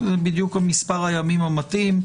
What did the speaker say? זה בדיוק מספר הימים המתאים.